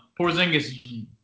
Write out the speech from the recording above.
Porzingis